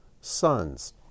sons